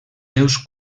seus